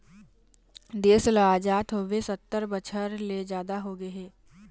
देश ल अजाद होवे सत्तर बछर ले जादा होगे हे